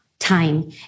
time